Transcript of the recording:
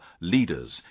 leaders